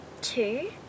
two